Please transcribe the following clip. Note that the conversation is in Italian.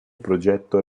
progetto